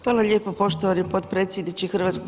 Hvala lijepo poštovani potpredsjedniče HS.